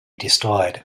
destroyed